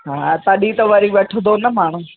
हा तॾहिं त वरी वठंदो न माण्हू